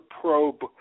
Probe